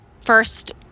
first